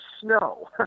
snow